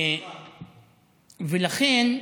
ולכן,